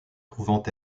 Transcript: pouvant